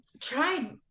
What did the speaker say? tried